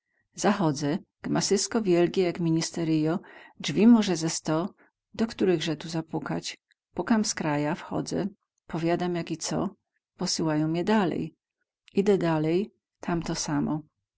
zachodzę gmasysko wielgie jak ministeryjo drzwi może ze sto do ktorychze tu zapukać pukam z kraja wchodzę powiadam jak i co posyłają mie dalej idę dalej tam to samo